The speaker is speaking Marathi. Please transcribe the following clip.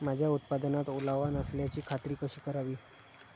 माझ्या उत्पादनात ओलावा नसल्याची खात्री कशी करावी?